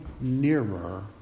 nearer